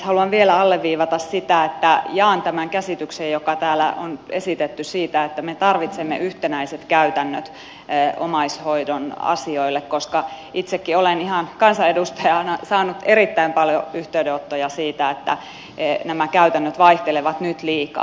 haluan vielä alleviivata sitä että jaan tämän käsityksen joka täällä on esitetty siitä että me tarvitsemme yhtenäiset käytännöt omaishoidon asioille koska itsekin olen ihan kansanedustajana saanut erittäin paljon yhteydenottoja siitä että nämä käytännöt vaihtelevat nyt liikaa